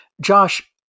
Josh